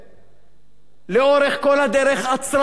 לאורך כל הדרך עצרה את התהליך הזה.